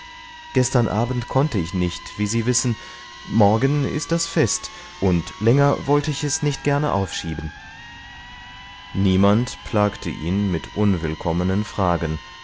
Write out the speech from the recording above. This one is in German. gestern abend konnte ich nicht wie sie wissen morgen ist das fest und länger wollte ich es nicht gerne aufschieben niemand plagte ihn mit unwillkommenen fragen